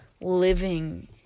living